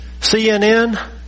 CNN